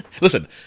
Listen